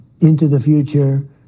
into-the-future